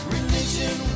Religion